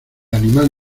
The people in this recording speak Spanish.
animal